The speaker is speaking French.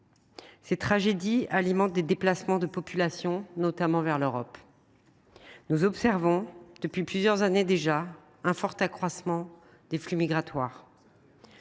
Ces tragédies provoquent des déplacements de populations, notamment vers l’Europe. Nous observons, depuis plusieurs années déjà, un fort accroissement des flux migratoires.